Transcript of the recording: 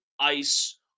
ice